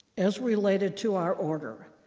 as related to our order,